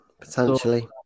potentially